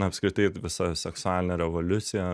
na apskritai visa seksualinė revoliucija